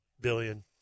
billion